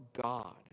God